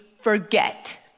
forget